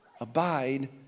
abide